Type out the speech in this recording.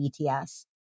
BTS